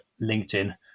LinkedIn